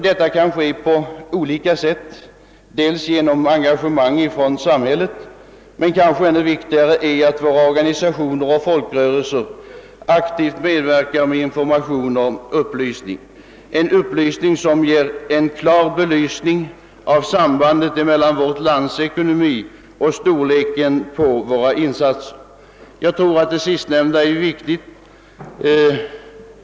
Detta kan ske på olika sätt, dels genom ett samhälleligt engagemang, dels — och kanske ännu viktigare — genom att våra organisationer och folkrörelser medverkar aktivt med informationer och upplysning, som ger en klar belysning av sambandet mellan vårt lands ekonomi och storleken av våra insatser. Detta sistnämnda tror jag är mycket viktigt.